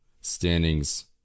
standings